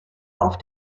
auf